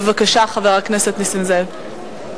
בבקשה, חבר הכנסת נסים זאב.